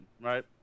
right